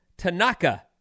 Tanaka